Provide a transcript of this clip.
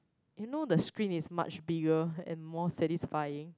you know the screen is much bigger and more satisfying